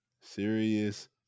serious